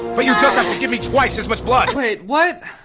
but you'll just have to give me twice as much blood. wait what?